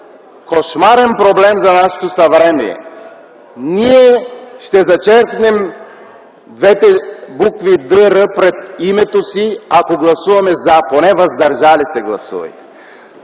кошмарен проблем за нашето съвремие. Ние ще зачеркнем двете букви „д-р” пред името си, ако гласуваме „за”, поне „въздържали се” гласувайте.